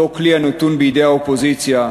אותו כלי הנתון בידי האופוזיציה,